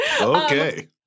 Okay